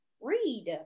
read